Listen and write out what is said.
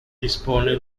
dispone